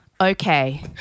Okay